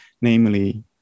namely